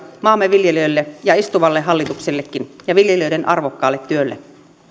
maamme viljelijöille ja istuvalle hallituksellekin ja viljelijöiden arvokkaalle työlle